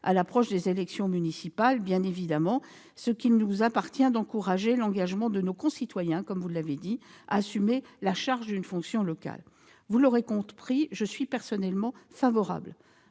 à l'approche des élections municipales, en ce qu'il nous appartient d'encourager l'engagement de nos concitoyens à assumer la charge d'une fonction locale. Vous l'aurez compris, je suis personnellement favorable